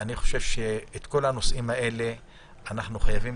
אני חושב שאת כל הנושאים האלה אנחנו חייבים